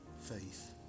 faith